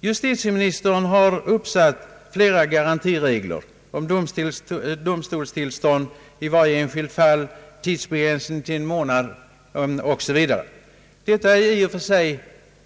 Justitieministern har infört flera ga rantiregler — om domstolstillstånd i varje enskilt fall, tidsbegränsning till en månad osv. Detta är i och för sig